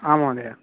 आं महोदय